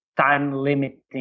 time-limiting